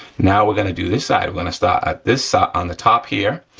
now we're gonna do this side, we're gonna start at this side on the top here,